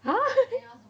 !huh!